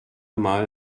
mal